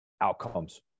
outcomes